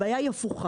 הבעיה היא הפוכה.